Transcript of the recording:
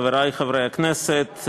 חברי חברי הכנסת,